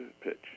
pitch